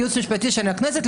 כייעוץ משפטי של הכנסת,